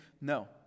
No